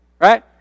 Right